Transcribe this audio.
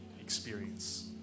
experience